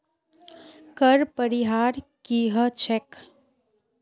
कर परिहार की ह छेक